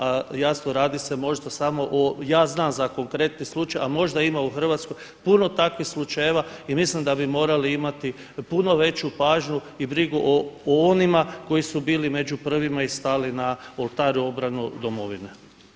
A jasno radi se možda samo o, ja znam za konkretne slučaj ali možda ima u Hrvatskoj puno takvih slučajeva i mislim da bi morali imati puno veću pažnju i brigu o onima koji su bili među prvima i stali na oltar u obranu Domovine.